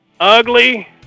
Ugly